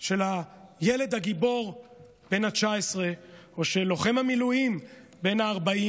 של הילד הגיבור בן ה-19 או של לוחם המילואים בן ה-40,